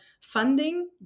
funding